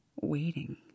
waiting